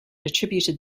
attributed